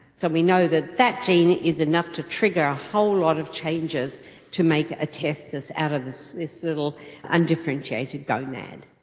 so we know that that gene is enough to trigger a whole lot of changes to make a testes out of this this little undifferentiated gonad.